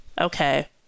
okay